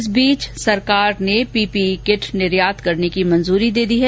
इस बीच सरकार पीपीई किट निर्यात करने की मंजूरी दे दी है